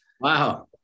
Wow